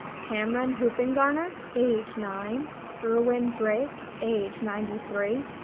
cameron hoopingarner age nine erwin drake age ninety three,